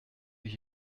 mais